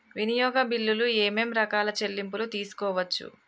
వినియోగ బిల్లులు ఏమేం రకాల చెల్లింపులు తీసుకోవచ్చు?